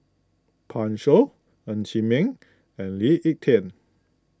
Pan Shou Ng Chee Meng and Lee Ek Tieng